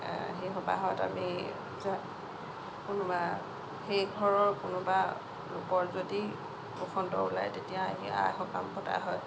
সেই সবাহত আমি কোনোবা সেই ঘৰৰ কোনোবা লোকৰ যদি বসন্ত ওলায় তেতিয়া এই আই সকাম পতা হয়